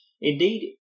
Indeed